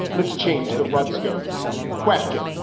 let's change the redskins question.